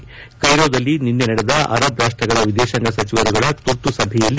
ಕ್ಕೆರೋದಲ್ಲಿ ನಿನ್ನೆ ನಡೆದ ಅರಬ್ ರಾಷ್ಷಗಳ ವಿದೇಶಾಂಗ ಸಚಿವರುಗಳ ತುರ್ತು ಸಭೆಯಲ್ಲಿ